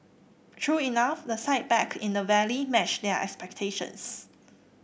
true enough the sight back in the valley matched their expectations